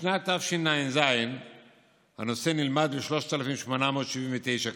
בשנת תשע"ז הנושא נלמד ב-3,879 כיתות,